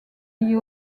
liées